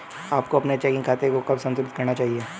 आपको अपने चेकिंग खाते को कब संतुलित करना चाहिए?